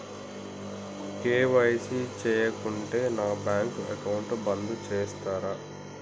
KYC చేయకుంటే నా bank account బంద్ చేస్తరా?